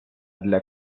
для